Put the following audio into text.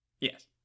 Yes